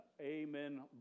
amen